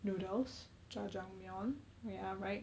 noodles jajangmyeon ya right